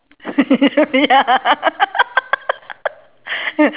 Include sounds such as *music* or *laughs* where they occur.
*laughs* ya *laughs*